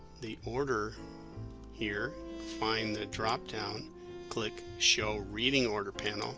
the order here find the dropdown click show reading order panel